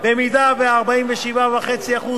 אם השכר, 47.5%